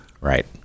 Right